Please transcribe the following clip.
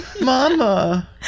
Mama